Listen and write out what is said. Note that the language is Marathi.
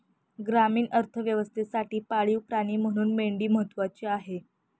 ग्रामीण अर्थव्यवस्थेसाठी पाळीव प्राणी म्हणून मेंढी महत्त्वाची आहे